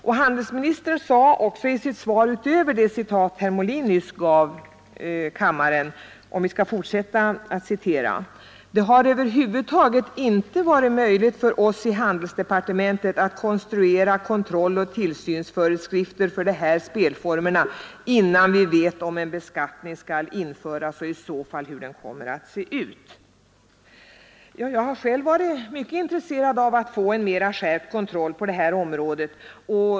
Utöver det citat som herr Molin nyss gav kammaren sade handelsministern också, om vi skall fortsätta att citera: ”Det har över huvud taget inte varit möjligt för oss i handelsdepartementet att konstruera kontrolloch tillsynsföreskrifter för de här spelformerna innan vi vet om en beskattning skall införas och i så fall hur den kommer att se ut.” Jag har själv varit mycket intresserad av att få en mera skärpt kontroll på detta område.